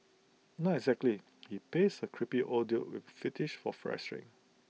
not exactly he plays A creepy old dude with fetish for